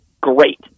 great